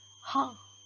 ha